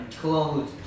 Close